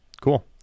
cool